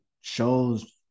shows